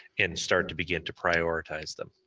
and start to begin to prioritize them.